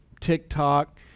TikTok